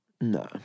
No